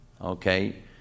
okay